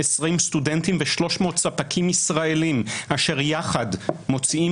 20 סטודנטים ו-300 ספקים ישראלים אשר יחד מוציאים